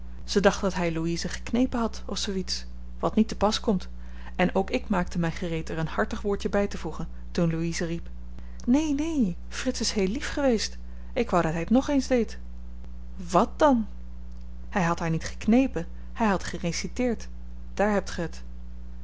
ze dacht dat hy louise geknepen had of zoo iets wat niet te pas komt en ook ik maakte my gereed er een hartig woordje bytevoegen toen louise riep neen neen frits is heel lief geweest ik wou dat hy t nog eens deed wàt dàn hy had haar niet geknepen hy had gereciteerd daar hebt ge t